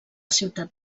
ciutat